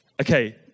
Okay